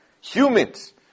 Humans